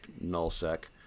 null-sec